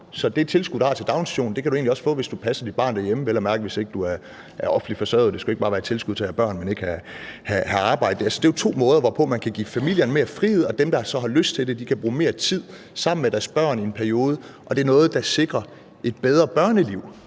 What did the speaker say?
så det tilskud, du har til daginstitutionen, kan du egentlig også få, hvis du passer dit barn derhjemme, hvis du vel at mærke ikke er offentligt forsørget, for det skulle ikke bare være et tilskud til at have børn uden at have arbejde. Det er to måder, hvorpå man kan give familierne mere frihed, og dem, der så har lyst til det, kan bruge mere tid sammen med deres børn i en periode, og det er noget, der sikrer et bedre børneliv.